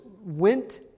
went